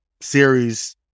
series